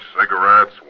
cigarettes